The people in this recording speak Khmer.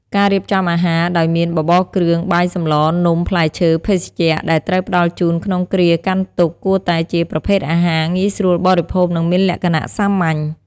ការរៀបចំអាហារ ដោយមាន បបរគ្រឿង បាយសម្ល នំ ផ្លែឈើ ភេសជ្ជៈ ដែលត្រូវផ្តល់ជូនក្នុងគ្រាកាន់ទុក្ខគួរតែជាប្រភេទអាហារ ងាយស្រួលបរិភោគ និងមានលក្ខណៈសាមញ្ញ។